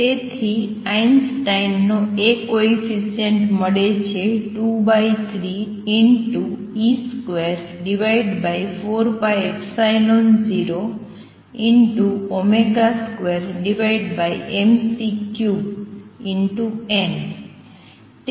તેથી આઇન્સ્ટાઇનનો A coefficient મળે છે